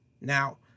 Now